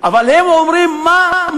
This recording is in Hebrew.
אבל הם אומרים: מה,